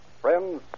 Friends